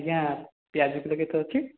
ଆଜ୍ଞା ପିଆଜ କିଲୋ କେତେ ଅଛି